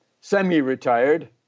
semi-retired